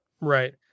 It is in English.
right